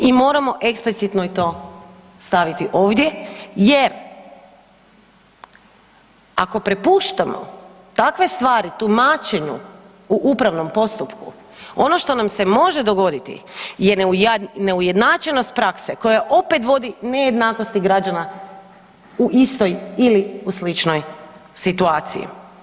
I moramo eksplicitno i to staviti ovdje jer ako prepuštamo takve stvari tumačenju u upravnom postupku ono što nam se može dogoditi je neujednačenost prakse koja opet vodi nejednakosti građana u istoj ili u sličnoj situaciji.